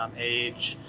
um age,